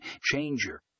Changer